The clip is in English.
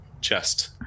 chest